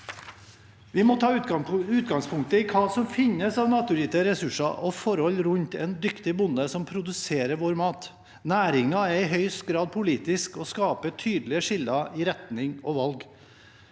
Vi må ta utgangspunkt i hva som finnes av naturgitte ressurser og forhold rundt en dyktig bonde som produserer vår mat. Næringen er i høyeste grad politisk og skaper tydelige skiller i retning og valg.